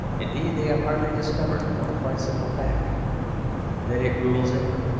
indeed they have hardly discovered, one quite simple fact that it rules england.